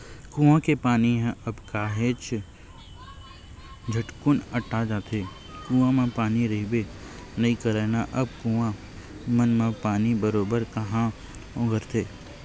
कुँआ के पानी ह अब काहेच झटकुन अटा जाथे, कुँआ म पानी रहिबे नइ करय ना अब कुँआ मन म पानी बरोबर काँहा ओगरथे